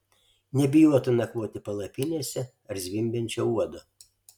nebijotų nakvoti palapinėse ar zvimbiančio uodo